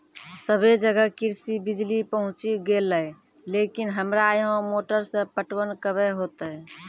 सबे जगह कृषि बिज़ली पहुंची गेलै लेकिन हमरा यहाँ मोटर से पटवन कबे होतय?